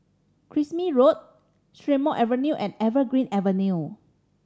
Kismis Road Strathmore Avenue and Evergreen Avenue